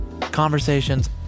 Conversations